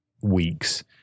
weeks